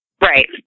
Right